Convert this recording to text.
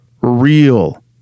real